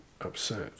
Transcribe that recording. upset